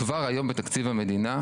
כבר היום בתקציב המדינה,